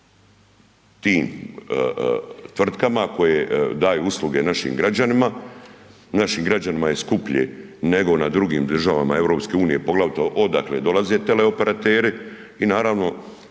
tim tvrtkama koje daju usluge našim građanima, našim građanima je skuplje nego na drugim državama EU poglavito odakle dolaze teleoperateri i naravno